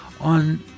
on